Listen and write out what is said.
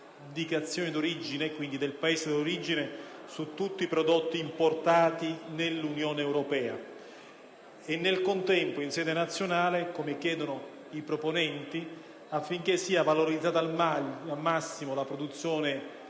l'indicazione del Paese di origine su tutti i prodotti importati nell'Unione europea, e, nel contempo, sul fronte nazionale, come chiedono i proponenti, affinché sia valorizzata al massimo la produzione